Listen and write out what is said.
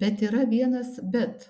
bet yra vienas bet